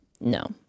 no